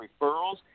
referrals